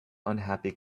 unhappy